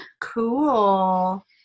Cool